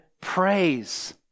praise